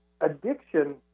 Addiction